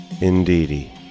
indeedy